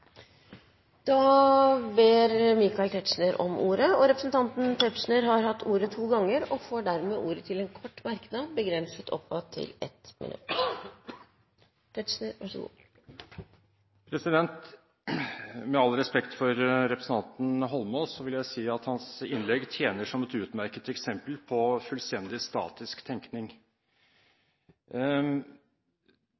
Michael Tetzschner har hatt ordet to ganger tidligere i debatten, og får ordet til en kort merknad, begrenset til 1 minutt. Med all respekt for representanten Holmås vil jeg si at hans innlegg tjener som et utmerket eksempel på fullstendig statisk tenkning.